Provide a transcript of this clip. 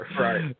Right